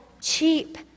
cheap